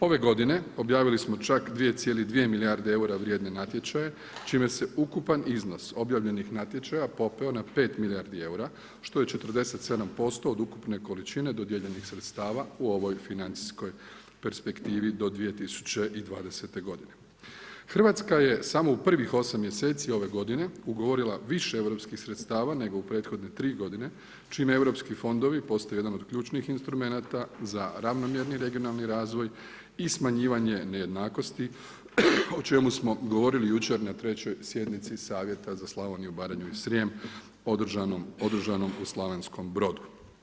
Ove godine, objavili smo čak 2,2 milijarde eura vrijedne natječaja, čime se ukupan iznos obavljanih natječaja popeo na 5 milijardi eura, što je 47% od ukupne količine dodijeljenih sredstava u ovoj financijskoj perspektivi do 2020. g. Hrvatska je samo u privih 8 mjeseci ove godine ugovorila više europskih sredstava nego u prethodne 3 godine, čime europski fondovi postaju jedni od ključnih instrumenata za ravnomjerni regionalni razvoj i smanjivanje nejednakosti o čemu smo govorili jučer na 3. sjednici Savjeta za Slavoniju, Baranju i Srijem održano u Slavonskom Brodu.